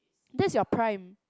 that's your prime